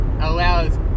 allows